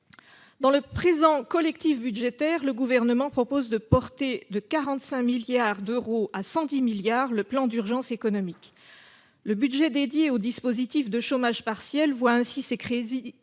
Dans le présent « collectif budgétaire », le Gouvernement propose de porter de 45 milliards à 110 milliards d'euros le plan d'urgence économique. Le budget dédié au dispositif de chômage partiel voit ainsi ses crédits